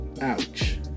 ouch